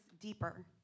deeper